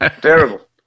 Terrible